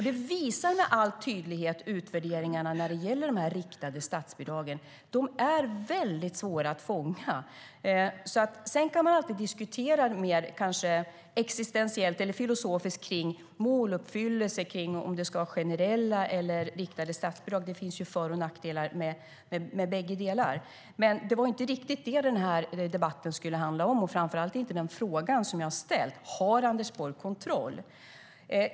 Det visar med all tydlighet utvärderingarna av de riktade statsbidragen. De är väldigt svåra att fånga. Sedan kan man alltid diskutera mer existentiellt eller filosofiskt kring måluppfyllelse och om det ska vara generella eller riktade statsbidrag. Det finns för och nackdelar med bägge delar. Men det var inte riktigt det den här debatten skulle handla om. Den fråga jag ställde var: Har Anders Borg kontroll?